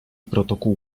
protokół